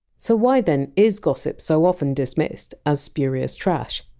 so why, then, is gossip so often dismissed as spurious trash?